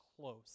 close